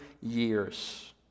years